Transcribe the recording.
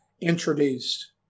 introduced